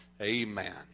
Amen